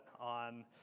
on